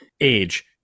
age